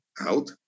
out